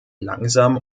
langsam